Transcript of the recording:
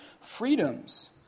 freedoms